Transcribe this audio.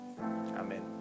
Amen